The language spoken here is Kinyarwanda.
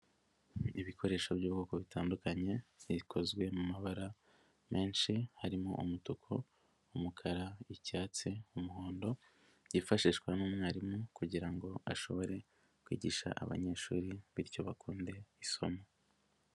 Ibikoresho by'ubwoko butandukanye bikozwe mu mabara menshi harimo: umutuku, umukara, icyatsi, umuhondo, byifashishwa n'umwarimu kugira ngo ashobore kwigisha abanyeshuri bityo bakunde isomo.